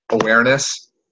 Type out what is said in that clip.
awareness